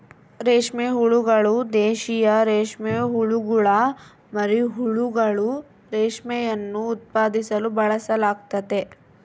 ರೇಷ್ಮೆ ಹುಳುಗಳು, ದೇಶೀಯ ರೇಷ್ಮೆಹುಳುಗುಳ ಮರಿಹುಳುಗಳು, ರೇಷ್ಮೆಯನ್ನು ಉತ್ಪಾದಿಸಲು ಬಳಸಲಾಗ್ತತೆ